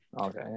Okay